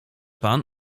pan